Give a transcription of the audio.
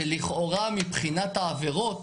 שלכאורה מבחינת העבירות